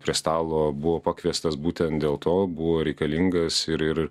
prie stalo buvo pakviestas būtent dėl to buvo reikalingas ir ir